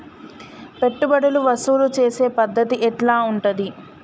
పెట్టుబడులు వసూలు చేసే పద్ధతి ఎట్లా ఉంటది?